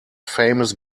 famous